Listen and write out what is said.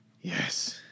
yes